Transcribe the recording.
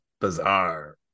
bizarre